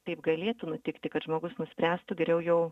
taip galėtų nutikti kad žmogus nuspręstų geriau jau